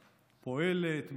פועלת,